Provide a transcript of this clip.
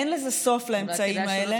אין לזה סוף, לאמצעים האלה.